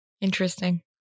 Interesting